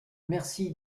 mercy